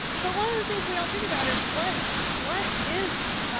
but one of the things we don't think about is, what what is,